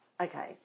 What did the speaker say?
Okay